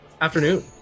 afternoon